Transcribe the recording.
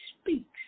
speaks